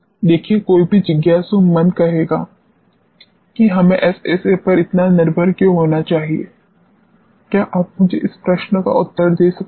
देखिए कोई भी जिज्ञासु मन कहेगा कि हमें एसएसए पर इतना निर्भर क्यों होना चाहिए क्या आप मुझे इस प्रश्न का उत्तर दे सकते हैं